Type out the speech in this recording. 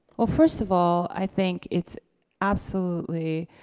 well first of all i think it's absolutely